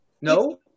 No